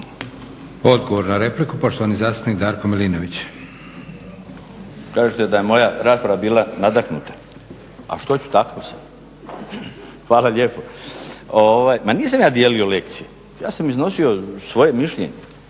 Odgovor na repliku, poštovani zastupnik Darko Milinović. **Milinović, Darko (HDZ)** Kažete da je moja rasprava bila nadahnuta, a što ću takav sam? Hvala lijepo. Ovaj ma nisam ja dijelio lekcije, ja sam iznosio svoje mišljenje.